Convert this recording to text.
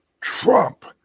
Trump